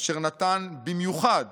אשר נתן במיוחד